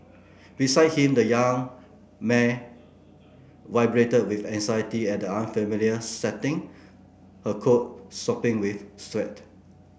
beside him the young mare vibrated with anxiety at the unfamiliar setting her coat sopping with sweat